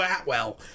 Atwell